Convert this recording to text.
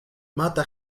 mata